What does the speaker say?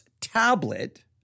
tablet